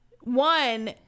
One